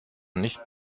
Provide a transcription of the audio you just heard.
nicht